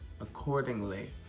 accordingly